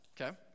okay